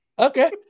Okay